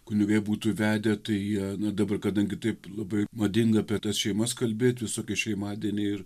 kunigai būtų vedę tai jie nu dabar kadangi taip labai madinga apie tas šeimas kalbėt visokie šeimadieniai ir